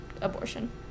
abortion